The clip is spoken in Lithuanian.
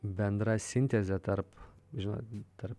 bendra sintezė tarp žinot tarp